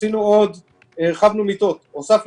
הוספנו מיטות.